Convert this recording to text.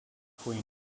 queen